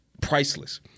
priceless